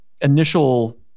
initial